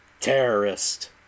terrorist